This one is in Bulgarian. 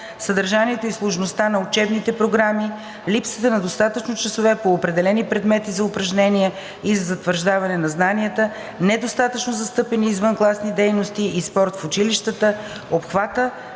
съдържанието и сложността на учебните програми, липсата на достатъчно часове по определени предмети за упражнения и за затвърждаване на знанията; недостатъчно застъпени извънкласни дейности и спорт в училищата; обхвата